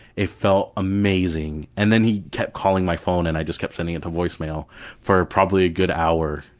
it felt amazing. and then he kept calling my phone and i just kept sending it to voicemail for probably a good hour.